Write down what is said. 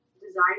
design